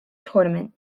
tournament